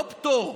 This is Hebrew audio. לא פטור.